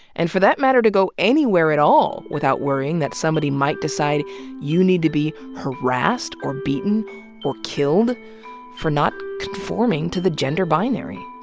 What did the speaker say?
and for that matter, to go anywhere at all without worrying that somebody might decide you need to be harassed or beaten or killed for not conforming to the gender binary.